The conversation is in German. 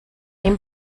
ihm